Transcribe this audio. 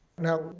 Now